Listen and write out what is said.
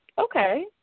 okay